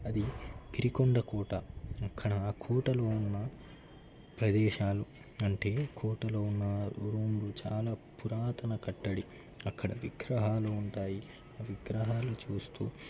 అది గిరికొండ కోట అక్కడ ఆ కోటలో ఉన్న ప్రదేశాలు అంటే కోటలో ఉన్నా రూమ్లు చాలా పురాతన కట్టడి అక్కడ విగ్రహాలు ఉంటాయి విగ్రహాలు చూస్తూ